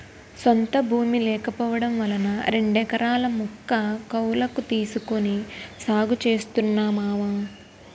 సొంత భూమి లేకపోవడం వలన రెండెకరాల ముక్క కౌలకు తీసుకొని సాగు చేస్తున్నా మావా